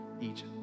Egypt